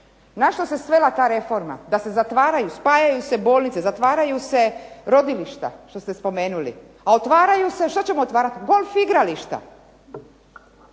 Na što se svela ta reforma da se zatvaraju, spajaju se bolnice, zatvaraju se rodilišta što ste spomenuli. A otvaraju se, što ćemo otvarati golf igrališta?